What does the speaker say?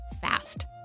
fast